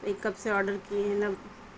سے آڈر کیے ہیں کب